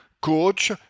coach